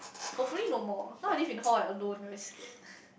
hopefully no more now I live in hall I alone I very scared